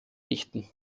richten